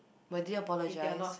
but dear apologize